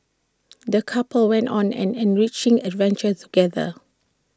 the couple went on an enriching adventure together